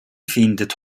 findet